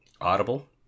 audible